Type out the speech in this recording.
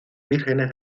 vírgenes